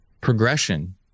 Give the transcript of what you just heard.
progression